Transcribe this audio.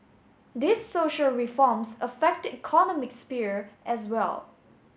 these social reforms affect the economic sphere as well